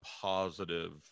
positive